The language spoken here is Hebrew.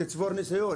תצבור ניסיון,